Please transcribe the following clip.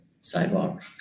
sidewalk